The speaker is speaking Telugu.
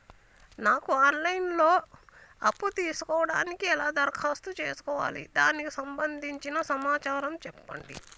నాకు ఆన్ లైన్ లో అప్పు తీసుకోవడానికి ఎలా దరఖాస్తు చేసుకోవాలి దానికి సంబంధించిన సమాచారం చెప్పండి?